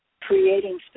creating